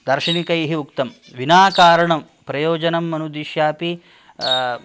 दार्शनिकैः उक्तं विनाकारणं प्रयोजनमनुद्दिश्यापि